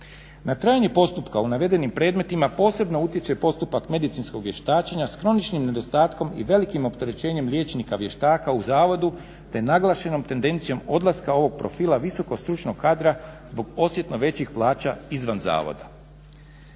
Na trajanje postupka u navedenim predmetima posebno utječe postupak medicinskog vještačenja s kroničnim nedostatkom i velikim opterećenjem liječnika vještaka u zavodu te naglašenom tendencijom odlaska ovog profila visokog stručnog kadra zbog osjetno većih plaća izvan zavoda.